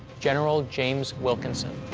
general james wilkinson.